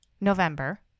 November